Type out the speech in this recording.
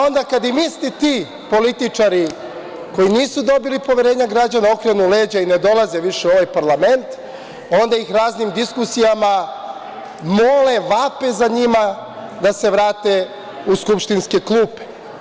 Onda kad im isti ti političari, koji nisu dobili poverenje građana, okrenu leđa i ne dolaze više u ovaj parlament, onda ih raznim diskusijama mole, vape za njima, da se vrate u skupštinske klupe.